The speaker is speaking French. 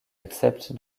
accepte